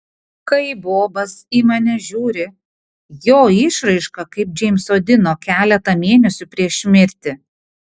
kai bobas į mane žiūri jo išraiška kaip džeimso dino keletą mėnesių prieš mirtį